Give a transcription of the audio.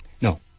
No